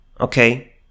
Okay